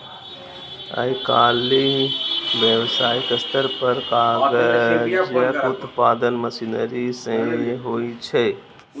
आइकाल्हि व्यावसायिक स्तर पर कागजक उत्पादन मशीनरी सं होइ छै